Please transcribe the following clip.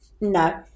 no